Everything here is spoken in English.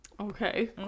Okay